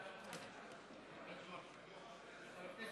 חבר הכנסת